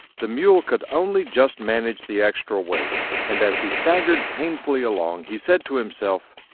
the mule could only just manage the extra weight, and, as he staggered painfully along, he said to himself,